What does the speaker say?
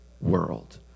world